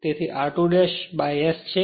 તેથી r2 by S છે